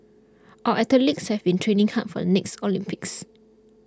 our athletes have been training hard for the next Olympics